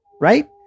right